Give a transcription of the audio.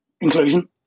inclusion